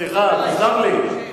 תסלח לי,